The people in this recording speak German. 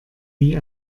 wie